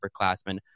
upperclassmen